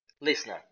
Listener